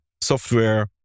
software